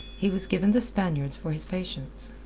he was given the spaniards for his patients.